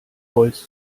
holz